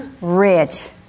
rich